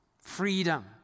freedom